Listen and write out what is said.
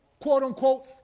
quote-unquote